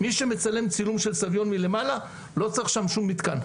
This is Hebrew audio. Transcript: מי שמצלם צילום של סביון מלמעלה לא צריך שם שום מתקן.